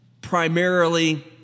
primarily